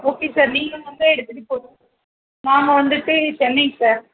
okay sir நீங்கள் வந்து எடுத்துட்டு போவீங்களா நாங்கள் வந்துவிட்டு சென்னை சார்